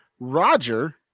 Roger